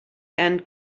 and